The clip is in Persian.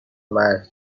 مرد